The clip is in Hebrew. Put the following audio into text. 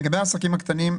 לגבי העסקים הקטנים.